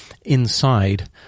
inside